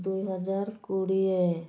ଦୁଇହଜାର କୋଡ଼ିଏ